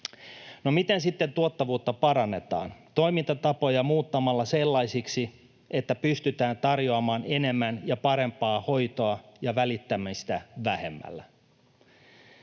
miten sitten tuottavuutta parannetaan? Muuttamalla toimintatapoja sellaisiksi, että pystytään tarjoamaan enemmän ja parempaa hoitoa ja välittämistä vähemmällä.